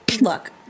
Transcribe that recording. Look